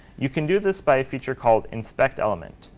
you can do this by a feature called inspect element.